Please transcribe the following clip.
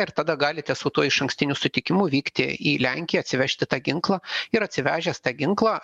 ir tada galite su tuo išankstiniu sutikimu vykti į lenkiją atsivežti tą ginklą ir atsivežęs tą ginklą